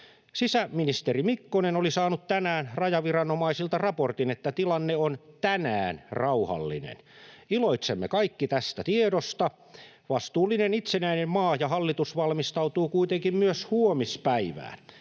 Sisäministeri Mikkonen oli saanut tänään rajaviranomaisilta raportin, että tilanne on tänään rauhallinen. Iloitsemme kaikki tästä tiedosta. Vastuullinen itsenäinen maa ja hallitus valmistautuvat kuitenkin myös huomispäivään.